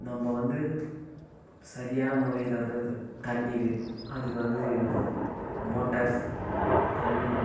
நம்ம வந்து சரியான முறையில் வந்து இந்த தண்ணீர் அதுக்கு வந்து மோட்டார்ஸ் தண்ணி